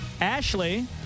Ashley